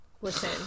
Listen